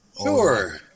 Sure